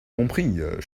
compris